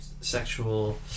sexual